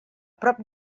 prop